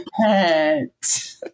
pet